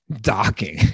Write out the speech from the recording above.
Docking